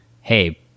hey